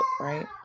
right